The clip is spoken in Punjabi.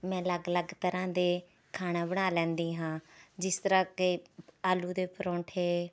ਮੈਂ ਅਲੱਗ ਅਲੱਗ ਤਰ੍ਹਾਂ ਦੇ ਖਾਣਾ ਬਣਾ ਲੈਂਦੀ ਹਾਂ ਜਿਸ ਤਰ੍ਹਾਂ ਕਿ ਆਲੂ ਦੇ ਪਰੋਂਠੇ